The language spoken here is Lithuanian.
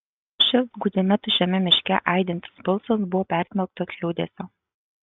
šis gūdžiame tuščiame miške aidintis balsas buvo persmelktas liūdesio